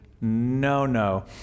no-no